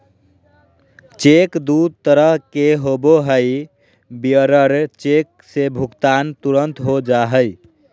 cheque दू तरह के होबो हइ, बियरर चेक से भुगतान तुरंत हो जा हइ